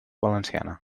valenciana